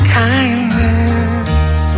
kindness